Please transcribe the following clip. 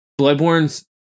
Bloodborne's